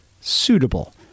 suitable